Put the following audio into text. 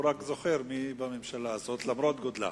הוא רק זוכר מי בממשלה הזאת למרות גודלה.